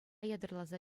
ятарласа